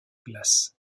glace